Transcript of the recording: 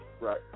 Right